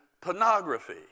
pornography